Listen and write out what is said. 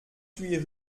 huit